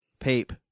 Pape